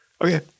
Okay